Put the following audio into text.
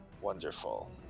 Wonderful